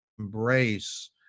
embrace